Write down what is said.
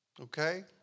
Okay